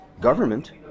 government